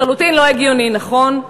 לחלוטין לא הגיוני, נכון?